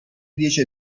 dieci